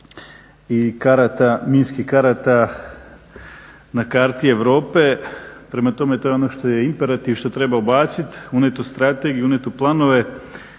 i minskih karata na karti Europe. Prema tome, to je ono što je imperativ, što treba ubacit, unijet u strategiju, unijet u planove